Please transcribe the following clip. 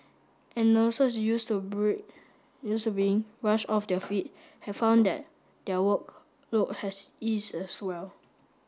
and nurses used to bring used to being rushed off their feet have found that their workload has eased as well